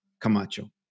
Camacho